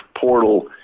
portal